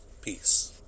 peace